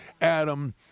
Adam